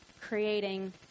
creating